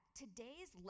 today's